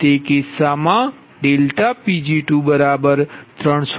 તેથી તે કિસ્સામાં ∆Pg23704